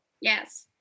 Yes